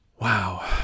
Wow